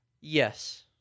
yes